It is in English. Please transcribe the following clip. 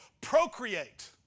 procreate